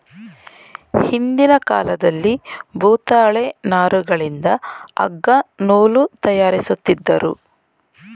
ಹಿಂದಿನ ಕಾಲದಲ್ಲಿ ಭೂತಾಳೆ ನಾರುಗಳಿಂದ ಅಗ್ಗ ನೂಲು ತಯಾರಿಸುತ್ತಿದ್ದರು